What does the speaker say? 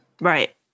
right